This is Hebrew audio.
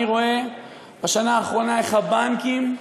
אני רואה בשנה האחרונה איך הבנקים,